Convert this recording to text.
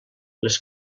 les